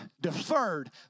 deferred